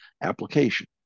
application